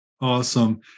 Awesome